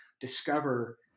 discover